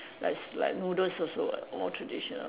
like s~ like noodles also [what] more traditional